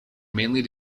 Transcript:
mainly